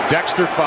Dexter